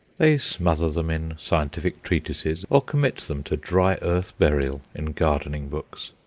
they smother them in scientific treatises, or commit them to dry earth burial in gardening books.